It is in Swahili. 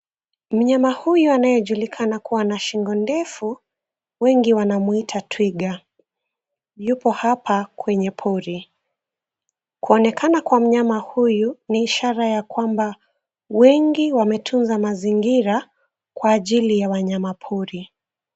Mnyama huyu anayejulikana kuwa na shingo ndefu, wengi wanamuita twiga. Yupo hapa kwenye pori. Kuonekana kwa mnyama huyu ni ishara ya kwamba wengi wametunza mazingira kwa ajili ya wanyama pori.